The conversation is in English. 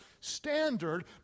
standard